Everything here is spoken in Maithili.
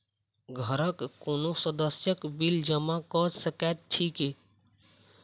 घरक कोनो सदस्यक बिल जमा कऽ सकैत छी की?